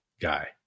guy